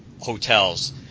hotels